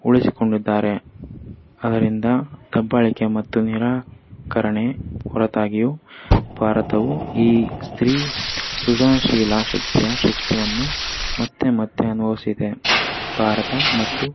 ಉಳಿಸಿಕೊಂಡಿದ್ದಾರೆ ಅದರಿಂದ ದಬ್ಭಾಳಿಕೆ ಮತ್ತು ನಿರಾಕರಣೆ ಹೊರತಾಗಿಯೂ ಭಾರತವು ಈ ಸ್ತ್ರೀ ಸೃಜನಶೀಲ ಶಕ್ತಿಯ ಶಕ್ತಿಯನ್ನು ಮತ್ತೆ ಮತ್ತೆ ಅನ್ಬೌಸಿದೆ ಭಾರತ ಮತ್ತು